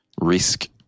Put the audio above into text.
risk